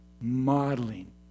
modeling